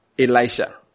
Elisha